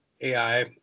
AI